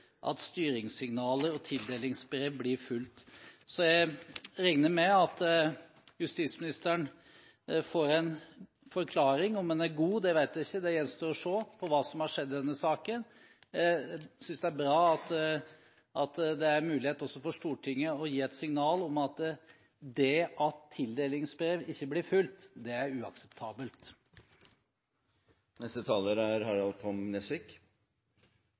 at styringssignaler og tildelingsbrev blir fulgt. Jeg regner med at justisministeren får en forklaring – om den er god, vet jeg ikke, det gjenstår å se – på hva som har skjedd i denne saken. Jeg synes det er bra at det er mulighet også for Stortinget til å gi et signal om at det at tildelingsbrev ikke blir fulgt, er uakseptabelt. Det er helt åpenbart at den avtalen som er